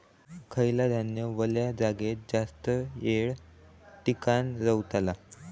खयला धान्य वल्या जागेत जास्त येळ टिकान रवतला?